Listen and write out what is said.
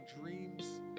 dreams